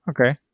okay